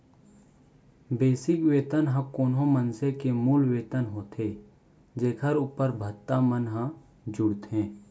basic वेतन ह कोनो मनसे के मूल वेतन होथे जेखर उप्पर भत्ता मन ह जुड़थे